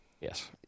Yes